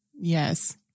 Yes